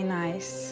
nice